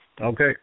Okay